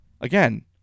again